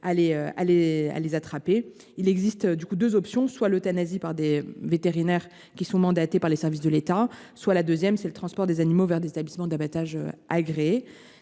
de les attraper. Il existe ensuite deux options : soit l’euthanasie par des vétérinaires mandatés par les services de l’État, soit le transport des animaux vers des établissements d’abattage agréés.